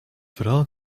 verhaal